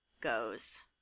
goes